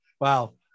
Wow